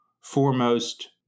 foremost